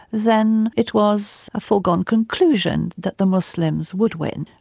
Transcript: then it was a foregone conclusion that the muslims would win.